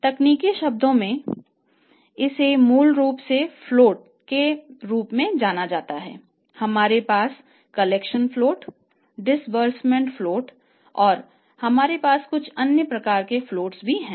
तकनीकी शब्दों में इसे मूल रूप से फ्लोट भी हैं